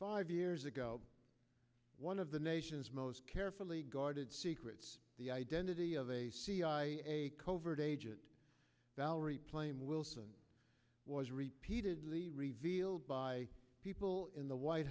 five years ago one of the nation's most carefully guarded secrets the identity of a cia covert agent valerie plame wilson was repeated the revealed by people in the white